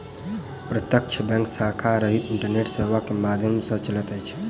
प्रत्यक्ष बैंक शाखा रहित इंटरनेट सेवा के माध्यम सॅ चलैत अछि